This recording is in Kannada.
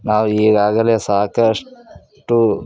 ನಾವು ಈಗಾಗಲೇ ಸಾಕಷ್ಟು